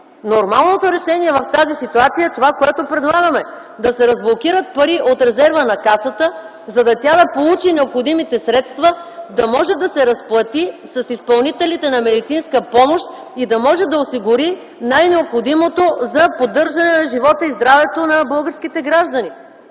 Нормалното решение в тази ситуация е това, което предлагаме – да се разблокират пари от резерва на Касата, за да получи тя необходимите средства, да може да се разплати и с изпълнителите на медицинска помощ и да може да осигури най-необходимото за поддържане живота и здравето на българските граждани.